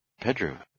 Pedro